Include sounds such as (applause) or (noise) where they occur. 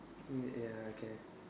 (noise) ya okay